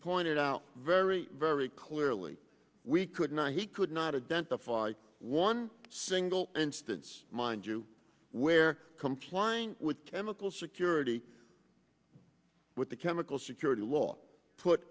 pointed out very very clearly we could not he could not identify one single instance mind you where complying with chemical security with the chemical security law put